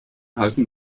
halten